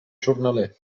jornaler